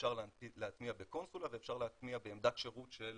אפשר להטמיע בקונסולה ואפשר להטמיע בעמדת שירות של